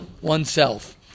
oneself